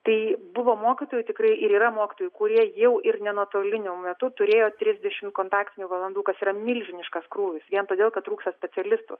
tai buvo mokytojų tikrai ir yra mokytojų kurie jau ir ne nuotoliniu metu turėjo trisdešimt kontaktinių valandų kas yra milžiniškas krūvis vien todėl kad trūksta specialistų